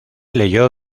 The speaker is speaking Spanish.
leyó